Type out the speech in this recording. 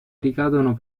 ricadono